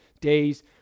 days